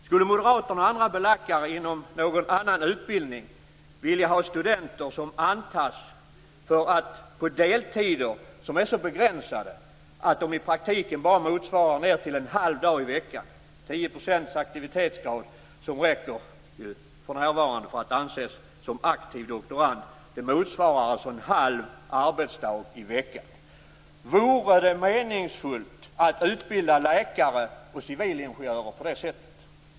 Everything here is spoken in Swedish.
Skulle moderaterna och andra belackare inom någon annan utbildning vilja ha studenter som antas för att på deltider som är så begränsade att de i praktiken bara motsvarar ned till en halv dag i veckan - 10 % aktivitetsgrad räcker för närvarande för att man skall anses som aktiv doktorand, vilket motsvarar en halv arbetsdag i veckan? Vore det meningsfullt att utbilda läkare och civilingenjörer på det sättet?